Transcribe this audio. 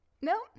No